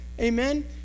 amen